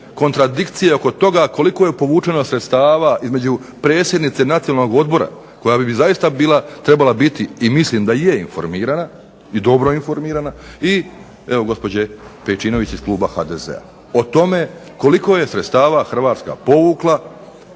kontradikcije oko toga koliko je povučeno sredstava između predsjednice Nacionalnog odbora, koja bi zaista bila trebala biti i mislim da je informirana i dobro informirana, i evo gospođe Pejčinović iz kluba HDZ-a. O tome koliko je sredstava Hrvatska povukla